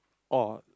oh